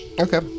Okay